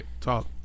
talk